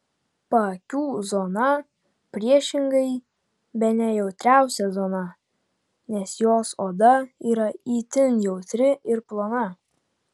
paakių zona priešingai bene jautriausia zona nes jos oda yra itin jautri ir plona